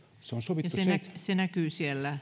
ja se näkyy siellä